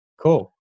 Cool